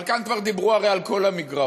אבל כאן כבר דיברו הרי על כל המגרעות,